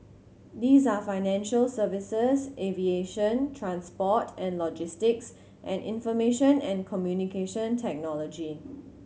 these are financial services aviation transport and logistics and information and Communication Technology